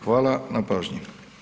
Hvala na pažnji.